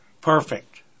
Perfect